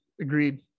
Agreed